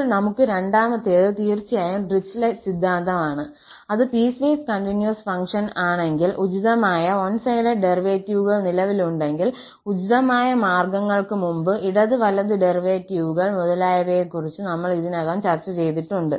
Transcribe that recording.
അപ്പോൾ നമുക്ക് രണ്ടാമത്തേത് തീർച്ചയായും ഡിറിച്ലെറ്റ് സിദ്ധാന്തം ആണ് അത് പീസ്വേസ് കണ്ടിന്യൂസ് ഫംഗ്ഷൻ ആണെങ്കിൽ ഉചിതമായ വൺ സൈഡഡ് ഡെറിവേറ്റീവുകൾ നിലവിലുണ്ടെങ്കിൽ ഉചിതമായ മാർഗ്ഗങ്ങൾക്ക് മുമ്പ് ഇടത് വലത് ഡെറിവേറ്റീവുകൾ മുതലായവയെക്കുറിച്ച് നമ്മൾ ഇതിനകം ചർച്ച ചെയ്തിട്ടുണ്ട്